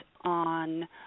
on